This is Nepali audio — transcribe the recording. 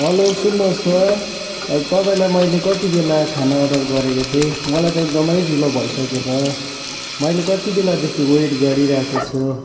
हेलो सुन्नोस् त तपाईँलाई मैले कतिबेला खाना अर्डर गरेको थिएँ मलाई त एकदमै ढिलो भइसक्यो त मैले कतिबेलादेखि वेट गरिरहेको छु